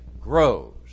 grows